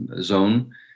zone